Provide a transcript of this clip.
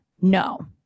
No